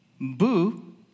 Boo